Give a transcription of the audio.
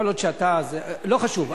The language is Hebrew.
כל עוד אתה, לא חשוב.